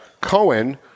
Cohen